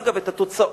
אגב, את התוצאות